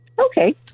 Okay